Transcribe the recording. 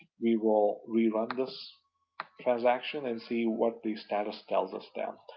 we will re-run this transaction, and see what the status tells us then.